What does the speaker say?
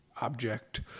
object